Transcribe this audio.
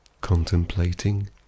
contemplating